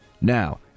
Now